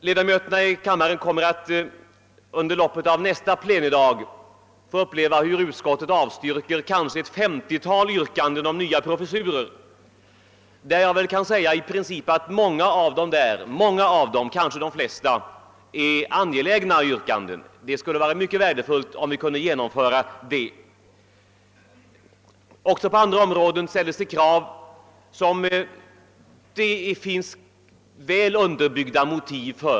Ledamöterna i kammaren kommer nästa plenidag att få uppleva att utskottet avstyrker ett femtiotal yrkanden om nya professurer, av vilka många, kanske de flesta, är angelägna — det skulle vara mycket värdefullt om vi kunde tillstyrka dem. Också på andra områden ställs krav för vilka det finns väl underbyggda motiv.